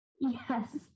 yes